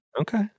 okay